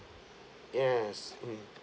yes mm